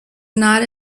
not